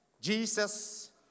Jesus